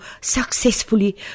successfully